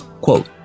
Quote